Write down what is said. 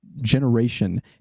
generation